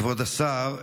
כבוד השר,